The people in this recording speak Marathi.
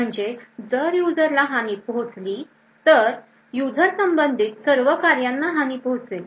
म्हणजे जर युजरला हानी पोहोचली तर युजर संबंधित सर्व कार्यांना हानी पोहोचली